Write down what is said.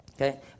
okay